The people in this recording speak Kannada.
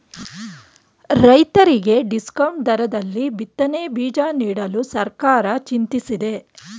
ರೈತರಿಗೆ ಡಿಸ್ಕೌಂಟ್ ದರದಲ್ಲಿ ಬಿತ್ತನೆ ಬೀಜ ನೀಡಲು ಸರ್ಕಾರ ಚಿಂತಿಸಿದೆ